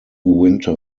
winter